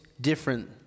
different